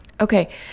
okay